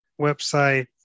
website